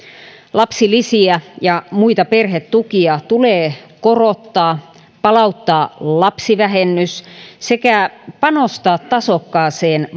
lapsilisiä ja muita perhetukia tulee korottaa tulee palauttaa lapsivähennys sekä panostaa tasokkaaseen